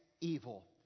evil